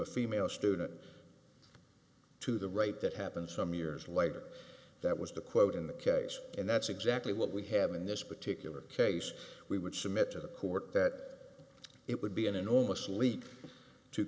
a female student to the right that happened some years later that was the quote in the case and that's exactly what we have in this particular case we would submit to the court that it would be an enormous leap to